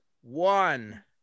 one